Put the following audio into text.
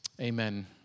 Amen